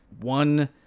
one